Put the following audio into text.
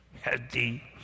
healthy